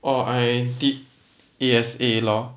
orh I did A_S_A lor